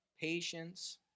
patience